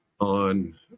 on